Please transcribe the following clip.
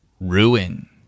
Ruin